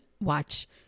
watch